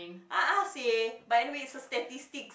a'ah seh but anyway it's a statistics